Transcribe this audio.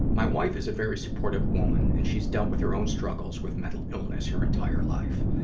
my wife is a very supportive woman, and she's dealt with her own struggles with mental illness her entire life.